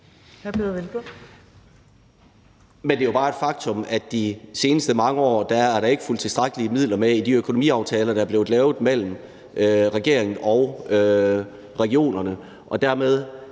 Men det er jo bare et faktum, at der i de seneste mange år ikke er fulgt tilstrækkelige midler med i de økonomiaftaler, der er blevet lavet mellem regeringen og regionerne, og dermed